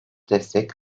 destek